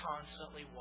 Constantly